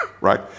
right